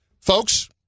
Folks